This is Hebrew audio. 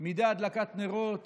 מדי הדלקת נרות